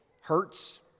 hurts